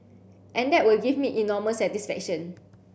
and that will give me enormous satisfaction